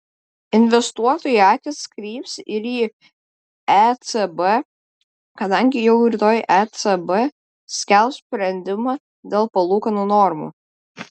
investuotojų akys kryps ir į ecb kadangi jau rytoj ecb skelbs sprendimą dėl palūkanų normų